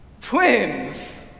Twins